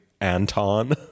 anton